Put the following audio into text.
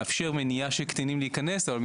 היא חשובה עבורנו על מנת להתמודד עם טראומות